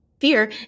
fear